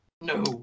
no